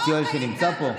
הכול משוגע לגמרי.